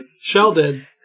Sheldon